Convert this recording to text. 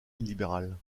libérale